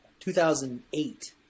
2008